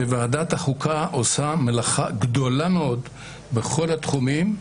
שוועדת החוקה עושה מלאכה גדולה מאוד בכל התחומים.